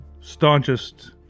staunchest